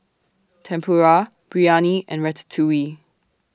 Tempura Biryani and Ratatouille